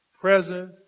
present